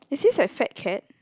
is this a Fatcat